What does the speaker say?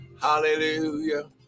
Hallelujah